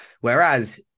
Whereas